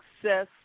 success